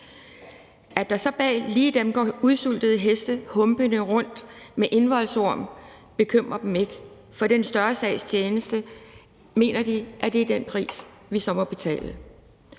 At der så lige bag dem går udsultede heste humpende rundt med indvoldsorm, bekymrer dem ikke. For i en større sags tjeneste mener de, at det er den pris, vi så må betale.